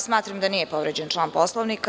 Smatram da nije povređen član Poslovnika.